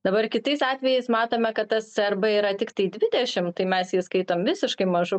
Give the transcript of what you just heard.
dabar kitais atvejais matome kad tas crb yra tiktai dvidešimt tai mes jį skaitom visiškai mažu